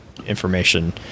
information